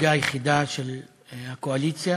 הנציגה היחידה של הקואליציה,